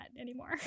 anymore